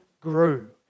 grew